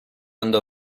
andò